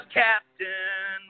captain